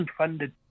unfunded